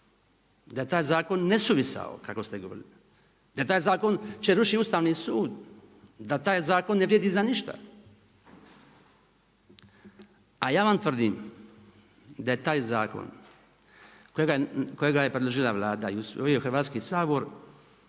da je taj zakon nesuvisao kako ste govorili, da taj zakon će rušiti Ustavni sud, da taj zakon ne vrijedi za ništa. A ja vam tvrdim da je taj zakon kojega je predložila Vlada i usvojila Hrvatski sabor